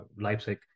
Leipzig